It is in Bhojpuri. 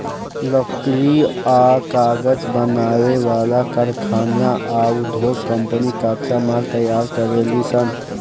लकड़ी आ कागज बनावे वाला कारखाना आ उधोग कम्पनी कच्चा माल तैयार करेलीसन